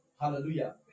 Hallelujah